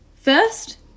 First